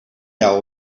jou